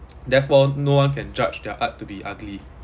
therefore no one can judge their art to be ugly